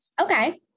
Okay